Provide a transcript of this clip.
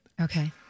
Okay